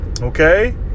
Okay